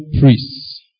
priests